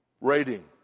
rating